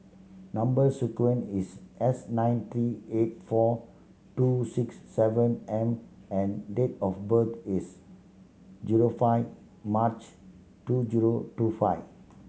number sequence is S nine three eight four two six seven M and date of birth is zero five March two zero two five